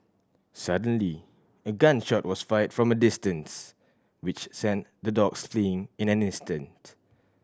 suddenly a gun shot was fired from a distance which sent the dogs fleeing in an instant